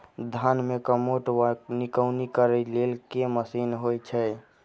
धान मे कमोट वा निकौनी करै लेल केँ मशीन होइ छै?